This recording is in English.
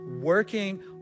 working